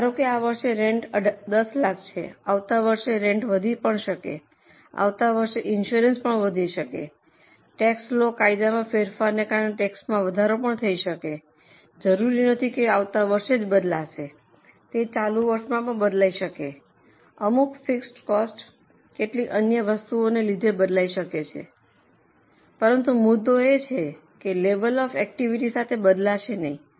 ધારો કે આ વર્ષે રેન્ટ 10 લાખ છે આવતા વર્ષે રેન્ટ વધી શકે આવતા વર્ષે ઈન્સુરન્સ વધી શકે ટેક્સ લૉ કાયદામાં ફેરફારને કારણે ટેક્સમાં વધારો થઈ શકે જરૂરી નથી કે આવતા વર્ષે જ બદલાશે તે ચાલુ વર્ષમાં પણ બદલાઈ શકે અમુક ફિક્સડ કોસ્ટ કેટલીક અન્ય વસ્તુઓ લીધે બદલાઈ શકે છે પરંતુ મુદ્દો એ છે કે તે લેવલ ઑફ એકટીવીટીને સાથે બદલાશે નહીં